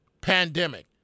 pandemic